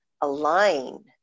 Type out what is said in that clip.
align